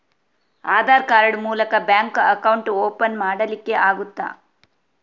Aadhaar card ಮೂಲಕ bank account open ಮಾಡಲಿಕ್ಕೆ ಆಗುತಾ?